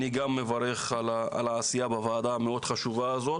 אני גם מברך על העשייה בוועדה המאוד חשובה הזאת